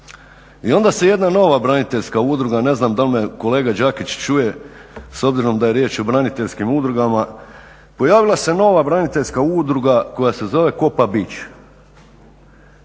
i onda se jedna nova braniteljska udruga, ne znam dal me kolega Đakić čuje s obzirom da je riječ o braniteljskim udrugama, pojavila se nova braniteljstva udruga koja se zove Kopa Beach.